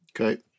okay